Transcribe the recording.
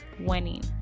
winning